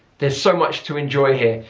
there's so much to enjoy here.